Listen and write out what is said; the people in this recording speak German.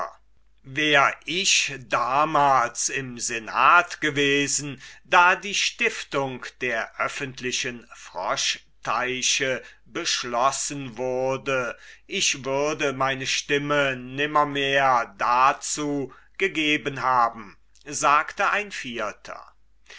wär ich damals im senat gewesen da die stiftung der öffentlichen froschteiche beschlossen wurde ich würde meine stimme nimmermehr dazu gegeben haben sagte ein vierter